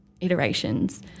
iterations